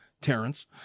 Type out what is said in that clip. Terrence